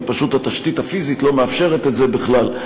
כי פשוט התשתית הפיזית לא מאפשרת את זה בכלל.